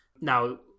Now